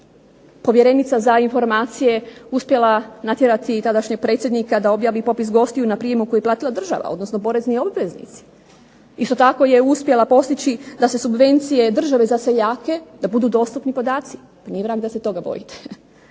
povjerenica za informacije uspjela natjerati i tadašnjeg predsjednika da objavi popis gostiju na prijmu koji je platila država, odnosno porezni obveznici. Isto tako je uspjela postići da se subvencije države za seljake, da budu dostupni podaci. Nije vrag da se toga bojite.